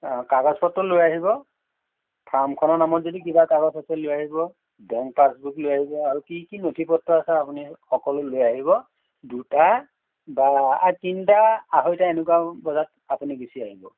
অঁ কাগজ পত্ৰ লৈ আহিব ফাৰ্মখনৰ নামত যদি কিবা কাগজ আছে লৈ আহিব বেংক পাচবুক লৈ আহিব কি কি নথি পত্ৰ আছে আপুনি সকলো লৈ আহিব দুটা বা তিনিটা আঢ়ৈটা কেনেকুৱা বজাত আপুনি গুচি আহিব